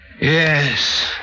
Yes